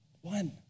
One